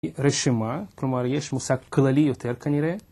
רשימה, כלומר יש מושג כללי יותר כנראה